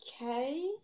okay